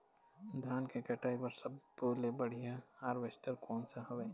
धान के कटाई बर सब्बो ले बढ़िया हारवेस्ट कोन सा हवए?